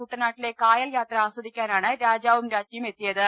കുട്ടനാട്ടിലെ കായൽ യാത്ര ആസ്വദിക്കാനാണ് രാജാവും രാജ്ഞിയും എത്തിയത്